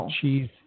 cheese